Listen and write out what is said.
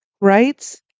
rights